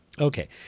Okay